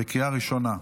בקריאה ראשונה.